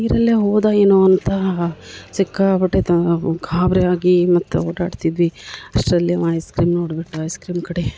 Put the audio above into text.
ನೀರಲ್ಲೇ ಹೋದ ಏನೋ ಅಂತ ಸಿಕ್ಕಾಪಟ್ಟೆ ತ ಗಾಬರಿ ಆಗಿ ಮತ್ತು ಓಡಾಡ್ತಿದ್ವಿ ಅಷ್ಟರಲ್ಲಿ ಅವ ಐಸ್ ಕ್ರೀಮ್ ನೋಡಿಬಿಟ್ಟು ಐಸ್ ಕ್ರೀಮ್ ಕಡೆ